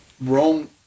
wrong